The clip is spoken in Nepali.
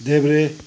देब्रे